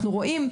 אנחנו רואים,